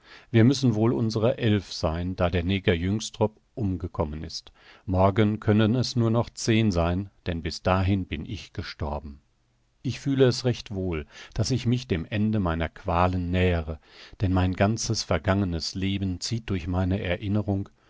wir müssen wohl unserer elf sein da der neger jynxtrop umgekommen ist morgen können es nur noch zehn sein denn bis dahin bin ich gestorben ich fühle es recht wohl daß ich mich dem ende meiner qualen nähere denn mein ganzes vergangenes leben zieht durch meine erinnerung